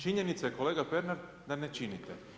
Činjenica je, kolega Pernar, da ne činite.